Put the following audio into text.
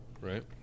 Right